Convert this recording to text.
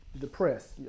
depressed